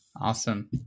Awesome